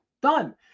done